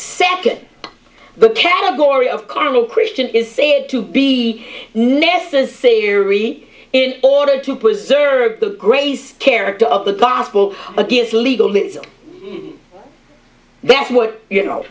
second the category of carnal christian is said to be necessary in order to preserve the grace character of the gospel against legalism that's what you know